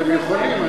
אתם יכולים.